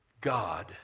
God